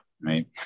right